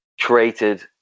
created